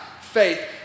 faith